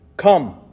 come